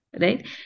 Right